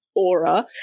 Aura